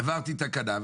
עברה תקנה.